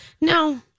No